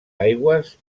aigües